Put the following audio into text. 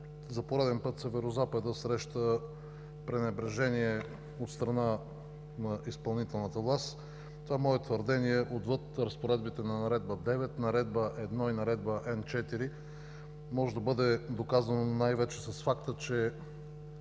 за пореден път Северозапада среща пренебрежение от страна на изпълнителната власт. Това мое твърдение, отвъд разпоредбите на Наредба № 9, Наредба № 1 и Наредба М4, може да бъде доказано най-вече с факта, че